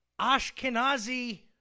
Ashkenazi